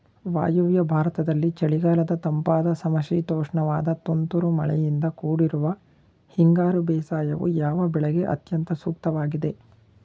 ವಾಯುವ್ಯ ಭಾರತದಲ್ಲಿ ಚಳಿಗಾಲದ ತಂಪಾದ ಸಮಶೀತೋಷ್ಣವಾದ ತುಂತುರು ಮಳೆಯಿಂದ ಕೂಡಿರುವ ಹಿಂಗಾರು ಬೇಸಾಯವು, ಯಾವ ಬೆಳೆಗೆ ಅತ್ಯಂತ ಸೂಕ್ತವಾಗಿದೆ?